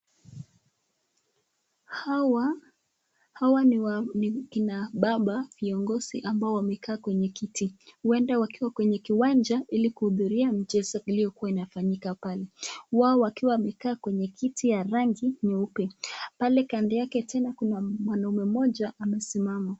Hawa Hawa ni wa ni kina baba viongozi ambao wamekaa kwenye kiti. Huenda wakiwa kwenye kiwanja ili kuhudhuria mchezo uliokuwa unafanyika pale. Wao wakiwa wamekaa kwenye kiti ya rangi nyeupe. Pale kando yake tena kuna mwanaume mmoja amesimama.